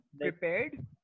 Prepared